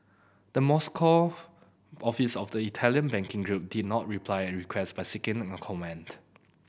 the Moscow office of the Italian banking group did not reply a request seeking a comment